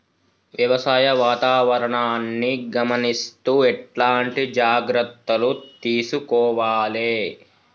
వ్యవసాయ వాతావరణాన్ని గమనిస్తూ ఎట్లాంటి జాగ్రత్తలు తీసుకోవాలే?